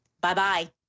Bye-bye